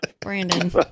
Brandon